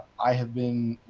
i have been,